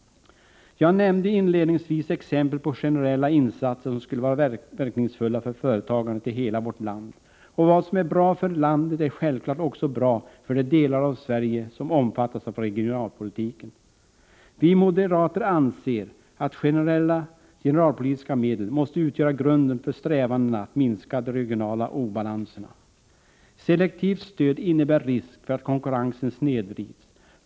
Jag nämnde inledningsvis exempel på generella insatser som skulle vara verkningsfulla för företagandet i hela vårt land. Vad som är bra för landet är självklart också bra för de delar av Sverige som omfattas av regionalpolitiken. Vi moderater anser att generella regionalpolitiska medel måste utgöra grunden för strävandena att minska de regionala obalanserna. Selektivt stöd innebär risk för att konkurrensen snedvrids.